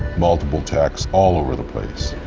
multiple texts all over the place.